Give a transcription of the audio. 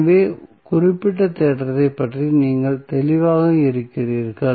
எனவே குறிப்பிட்ட தேற்றத்தைப் பற்றி நீங்கள் தெளிவாக இருக்கிறீர்கள்